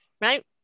right